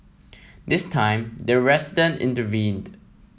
this time the resident intervened